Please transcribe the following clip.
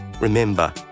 Remember